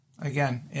again